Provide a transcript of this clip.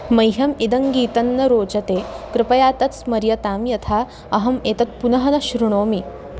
मह्यम् इदङ्गीतं न रोचते कृपया तत् स्मर्यतां यथा अहम् एतत् पुनः न श्रुणोमि